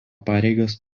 pareigas